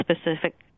specific